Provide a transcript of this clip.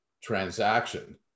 transaction